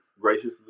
graciously